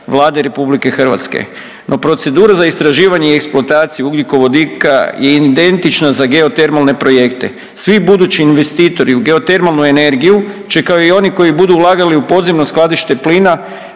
Vlade RH. No procedure za istraživanje i eksploataciju ugljikovodika je identično za geotermalne projekte. Svi budući investitori u geotermalnu energiju će kao i oni koji budu ulagali u podzemno skladište plina,